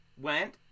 went